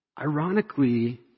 ironically